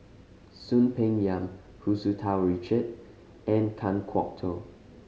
Soon Peng Yam Hu Tsu Tau Richard and Kan Kwok Toh